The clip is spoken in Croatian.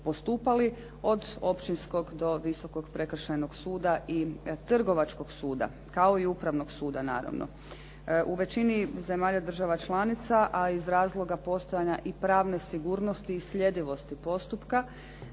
od općinskog do Visokog prekršajnog suda i trgovačkog suda, kao i Upravnog suda naravno. U većini zemalja država članica, a iz razloga postojanja i pravne sigurnosti i slijedivosti postupka,